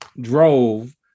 drove